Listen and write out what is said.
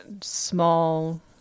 small